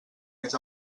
més